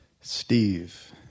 Steve